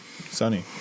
Sunny